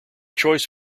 choice